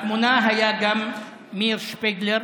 בתמונה היה גם מאיר שפיגלר,